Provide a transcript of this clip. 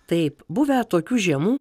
taip buvę tokių žiemų